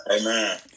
Amen